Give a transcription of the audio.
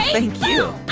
thank you.